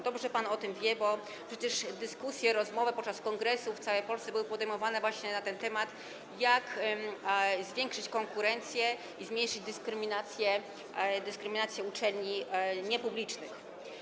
Dobrze pan o tym wie, bo przecież dyskusje, rozmowy podczas kongresu w całej Polsce były podejmowane właśnie na ten temat, jak zwiększyć konkurencję i zmniejszyć dyskryminację uczelni niepublicznych.